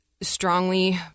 strongly